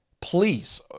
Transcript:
Please